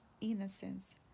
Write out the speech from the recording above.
innocence